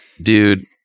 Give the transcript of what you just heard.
Dude